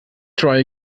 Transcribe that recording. try